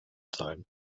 sein